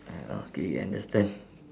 ah okay understand